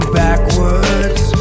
backwards